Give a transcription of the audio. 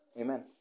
Amen